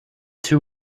two